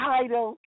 title